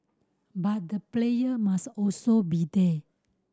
but the player must also be there